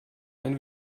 einen